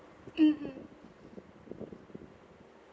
mm mm